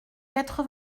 quatre